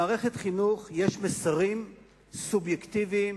יש מסרים סובייקטיביים,